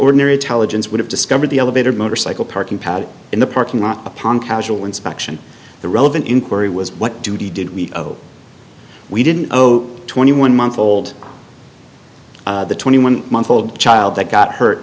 ordinary intelligence would have discovered the elevated motorcycle parking pad in the parking lot upon casual inspection the relevant inquiry was what duty did we know we didn't owe twenty one month old the twenty one month old child that got hurt